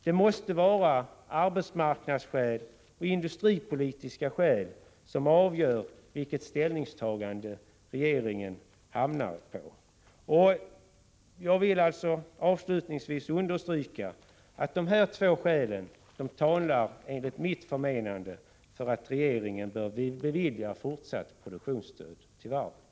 Det måste vara arbetsmarknadsskäl och industripolitiska skäl som avgör vilket ställningstagande regeringen intar. Jag vill avslutningsvis understryka att de två skäl jag redovisat talar för att regeringen bör bevilja fortsatt produktionsstöd till varvet.